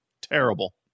Terrible